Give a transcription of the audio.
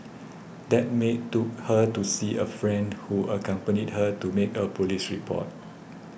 that maid took her to see a friend who accompanied her to make a police report